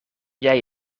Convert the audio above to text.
jij